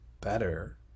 better